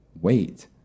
wait